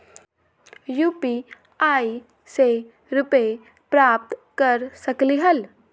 UPI से रुपए प्राप्त कर सकलीहल?